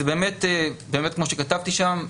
וכמו שכתבתי שם,